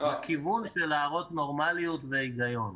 קצת בכיוון של להראות נורמליות והיגיון.